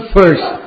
first